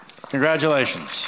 Congratulations